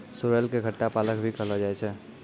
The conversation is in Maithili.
सोरेल कॅ खट्टा पालक भी कहलो जाय छै